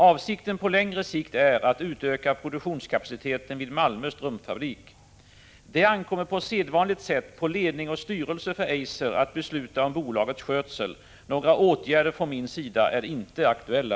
Avsikten på längre sikt är att utöka produktionskapaciteten vid Malmö Strumpfabrik. Det ankommer på sedvanligt sätt på ledning och styrelse för Eiser att besluta om bolagets skötsel. Några åtgärder från min sida är inte aktuella.